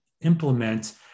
implement